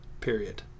Period